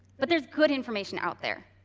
but there's good information out there.